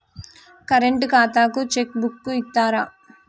Current ఖాతాకు cheque book ఇత్తరా?